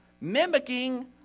mimicking